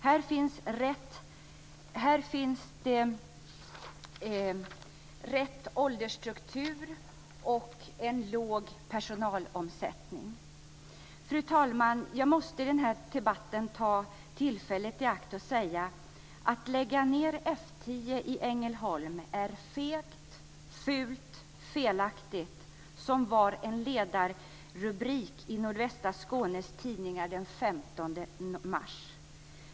Här finns rätt åldersstruktur och låg personalomsättning. Fru talman! Jag måste i denna debatt ta tillfället i akt att säga: Att lägga ned F 10 i Ängelholm är fegt, fult och felaktigt. Så löd en ledarrubrik i Nordvästra Skånes Tidningar den 15 mars.